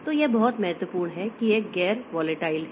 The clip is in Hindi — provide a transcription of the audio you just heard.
तो यह बहुत महत्वपूर्ण है कि यह एक गैर वोलेटाइल है